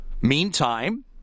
Meantime